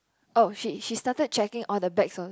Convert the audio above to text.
oh she she started checking all the bags of